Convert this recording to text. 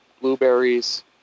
blueberries